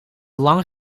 lang